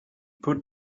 put